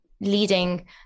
leading